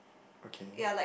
okay